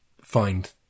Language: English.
find